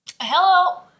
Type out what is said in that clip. Hello